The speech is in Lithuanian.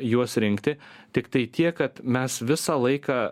juos rinkti tiktai tiek kad mes visą laiką